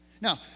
now